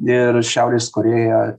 ir šiaurės korėja